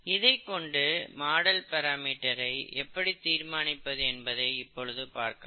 இதைக் கொண்டு மாடல் பிராமீட்டர்ஸ்ஐ எப்படித் தீர்மானிப்பது என்பதை இப்பொழுது பார்க்கலாம்